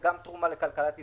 יש תרומה לכלכלת ישראל.